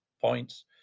points